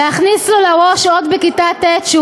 "להכניס לו לראש עוד בכיתה ט' שהוא